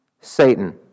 Satan